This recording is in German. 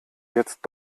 jetzt